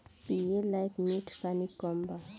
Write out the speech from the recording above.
पिए लायक मीठ पानी कम बा